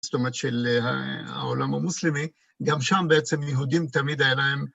זאת אומרת, של העולם המוסלמי, גם שם בעצם יהודים תמיד היה להם...